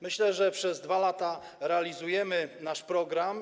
Myślę, że przez 2 lata realizujemy nasz program.